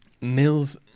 Mills